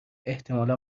احتمالا